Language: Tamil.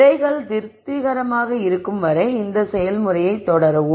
விடைகள் திருப்திகரமாக இருக்கும் வரை இந்த செயல்முறையைத் தொடரவும்